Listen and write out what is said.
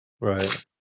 Right